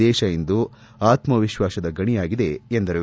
ದೇಶ ಇಂದು ಆತ್ಮಾವಿಶ್ವಾಸದ ಗಣಿಯಾಗಿದೆ ಎಂದರು